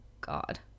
god